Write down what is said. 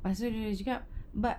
lepas tu dia orang cakap but